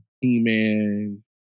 He-Man